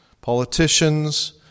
politicians